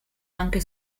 anche